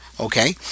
okay